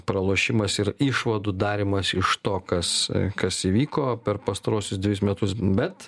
pralošimas ir išvadų darymas iš to kas kas įvyko per pastaruosius dvejus metus bet